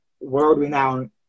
world-renowned